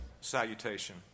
salutation